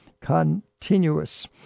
continuous